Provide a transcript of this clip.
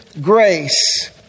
grace